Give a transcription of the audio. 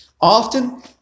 Often